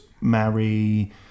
marry